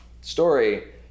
story